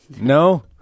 No